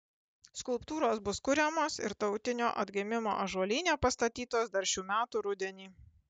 skulptūros bus kuriamos ir tautinio atgimimo ąžuolyne pastatytos dar šių metų rudenį